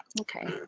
Okay